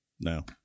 No